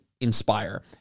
Inspire